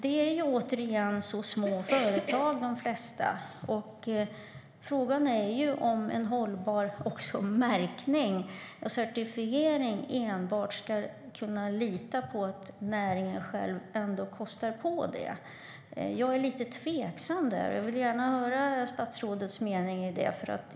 De flesta företag är nämligen så små. Frågan är om man ska kunna lita på att enbart näringen själv kostar på en hållbar märkning och certifiering. Jag är lite tveksam där, och jag vill gärna höra statsrådets mening om det.